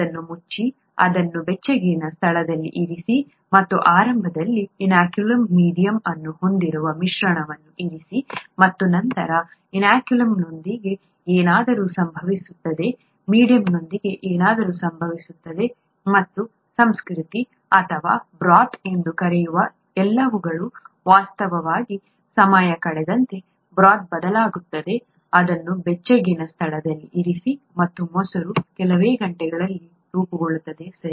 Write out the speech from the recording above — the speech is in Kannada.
ಅದನ್ನು ಮುಚ್ಚಿ ಅದನ್ನು ಬೆಚ್ಚಗಿನ ಸ್ಥಳದಲ್ಲಿ ಇರಿಸಿ ಮತ್ತು ಆರಂಭದಲ್ಲಿ ಈ ಇನಾಕ್ಯುಲಮ್ ಮೀಡಿಯಂ ಅನ್ನು ಹೊಂದಿರುವ ಮಿಶ್ರಣವನ್ನು ಇರಿಸಿ ಮತ್ತು ನಂತರ ಇನಾಕ್ಯುಲಮ್ನೊಂದಿಗೆ ಏನಾದರೂ ಸಂಭವಿಸುತ್ತದೆ ಮೀಡಿಯಂನೊಂದಿಗೆ ಏನಾದರೂ ಸಂಭವಿಸುತ್ತದೆ ಮತ್ತು ಸಂಸ್ಕೃತಿ ಅಥವಾ ಬ್ರೋತ್ ಎಂದು ಕರೆಯುವ ಎಲ್ಲವುಗಳು ವಾಸ್ತವವಾಗಿ ಸಮಯ ಕಳೆದಂತೆ ಬ್ರೋತ್ ಬದಲಾಗುತ್ತದೆ ಅದನ್ನು ಬೆಚ್ಚಗಿನ ಸ್ಥಳದಲ್ಲಿ ಇರಿಸಿ ಮತ್ತು ಮೊಸರು ಕೆಲವೇ ಗಂಟೆಗಳಲ್ಲಿ ರೂಪುಗೊಳ್ಳುತ್ತದೆ ಸರಿ